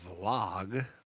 vlog